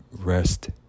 rest